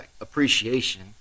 appreciation